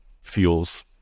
fuels